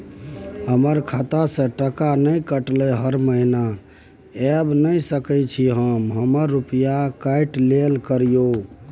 हमर खाता से टका नय कटलै हर महीना ऐब नय सकै छी हम हमर रुपिया काइट लेल करियौ?